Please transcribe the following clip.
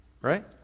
Right